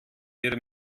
ihre